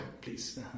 please